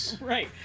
Right